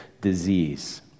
disease